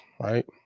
right